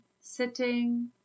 sitting